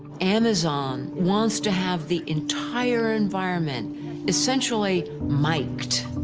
amazon wants to have the entire environment essentially miked.